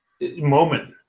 moment